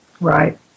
Right